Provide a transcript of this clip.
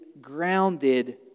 grounded